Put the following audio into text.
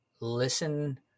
listen